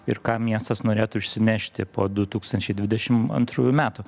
ir ką miestas norėtų išsinešti po du tūkstančiai dvidešim antrųjų metų